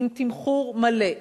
לתמחור מלא,